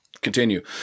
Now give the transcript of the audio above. continue